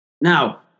now